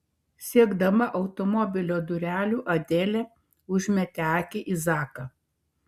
siekdama automobilio durelių adelė užmetė akį į zaką